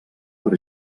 per